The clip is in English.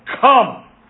come